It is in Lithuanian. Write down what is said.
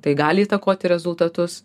tai gali įtakoti rezultatus